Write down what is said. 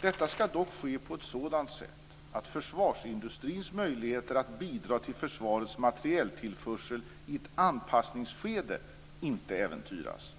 Detta skall dock ske på ett sådant sätt att försvarsindustrins möjligheter att bidra till försvarets materieltillförsel i ett anpassningsskede inte äventyras.